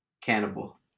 Cannibal